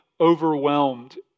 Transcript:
overwhelmed